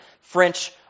French